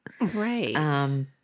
Right